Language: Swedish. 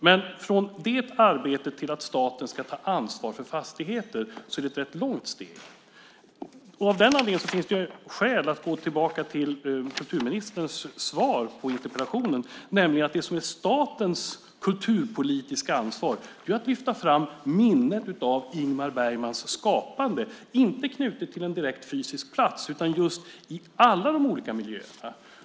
Men från det arbetet till att staten ska ta ansvar för fastigheter är det ett långt steg. Av den anledningen finns det skäl att gå tillbaka till kulturministerns svar på interpellationen. Det som är statens kulturpolitiska ansvar är att lyfta fram minnet av Ingmar Bergmans skapande inte knutet till en direkt fysisk plats utan i alla de olika miljöerna.